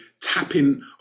tapping